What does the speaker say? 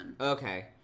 Okay